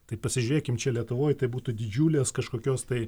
tai pasižiūrėkim čia lietuvoj tai būtų didžiulės kažkokios tai